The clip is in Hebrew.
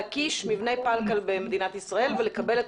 להקיש מבני פלקל במדינת ישראל ולקבל את